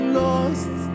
lost